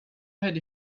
heard